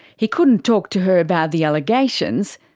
he couldn't talk to her about the allegations.